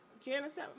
Janice